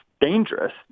dangerous